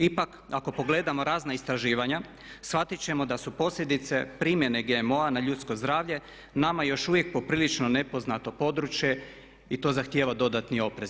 Ipak ako pogledamo razna istraživanja, shvatiti ćemo da su posljedice primjene GMO-a na ljudsko zdravlje nama još uvijek poprilično nepoznato područje i to zahtjeva dodatni oprez.